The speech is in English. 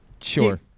sure